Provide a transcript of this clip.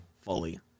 fully